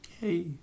Hey